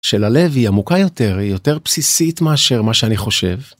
של הלב היא עמוקה יותר, היא יותר בסיסית מאשר מה שאני חושב.